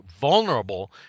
vulnerable